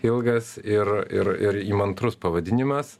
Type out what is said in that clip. ilgas ir ir ir įmantrus pavadinimas